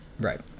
Right